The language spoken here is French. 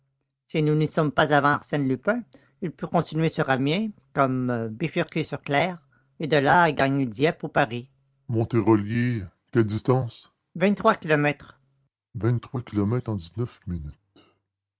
si nous n'y sommes pas avant arsène lupin il peut continuer sur amiens comme bifurquer sur clères et de là gagner dieppe ou paris montérolier quelle distance vingt-trois kilomètres vingt-trois kilomètres en dix-neuf minutes